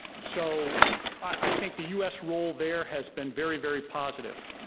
so i think the us role there has been very, very positive.